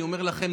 אני אומר לכם,